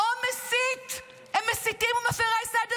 "או מסית"; הם מסיתים או מפרי סדר,